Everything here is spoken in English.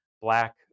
black